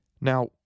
Now